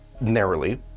narrowly